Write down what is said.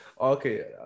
okay